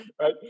right